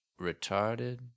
retarded